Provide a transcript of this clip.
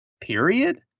period